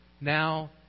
now